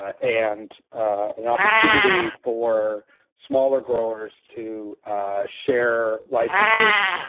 ah and an opportunity for smaller growers to share licenses